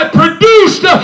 produced